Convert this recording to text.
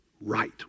right